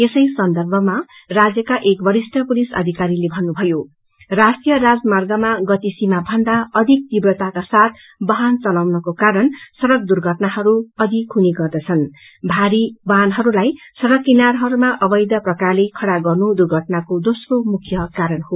यसै सर्न्दभमा राज्यका एक वरिष्ठ पुलिस अधिकररीले भन्नुभयो राष्ट्रिय राजमार्गमा गतिसीमा भन्दा अधिक तीव्रताका सागि वाहन चलाउनुको कारण सड़क दुर्घटनाहरू अधिक भइरहेका छन् भारी वाहनहरूलाइ सड़क किनाहरूमा अवेध ढ़ंगसित खड़ा गन्नु दुर्घअनाको दोस्रो मुख्य कारण हो